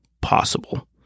possible